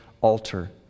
altar